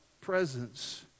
presence